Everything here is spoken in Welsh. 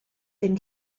dim